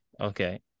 Okay